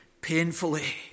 painfully